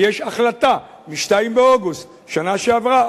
ויש החלטה מ-2 באוגוסט שנה שעברה,